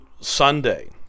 sunday